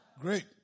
Great